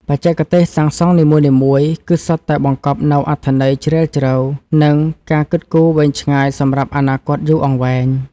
បច្ចេកទេសសាងសង់នីមួយៗគឺសុទ្ធតែបង្កប់នូវអត្ថន័យជ្រាលជ្រៅ និង ការគិតគូរវែងឆ្ងាយសម្រាប់អនាគតយូរអង្វែង។